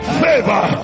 favor